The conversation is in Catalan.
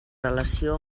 relació